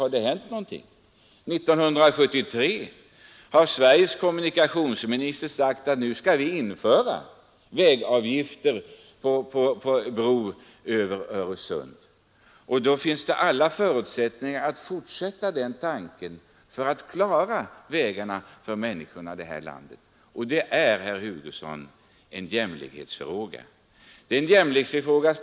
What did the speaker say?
I år, alltså 1973, har Sveriges kommunikationsminister förklarat att nu skall vi införa vägavgifter på bron över Öresund — och då finns det ju förutsättningar att fortsätta på den linjen för att klara vägfrågorna för trafikanterna här i landet. Det är alltså en jämlikhetsfråga, herr Hugosson.